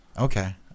Okay